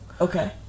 okay